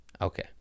Okay